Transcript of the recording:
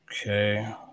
Okay